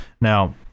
Now